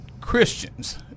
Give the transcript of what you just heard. Christians